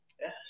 Yes